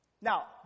Now